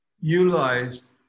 utilized